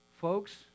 Folks